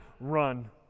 run